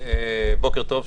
בוקר טוב,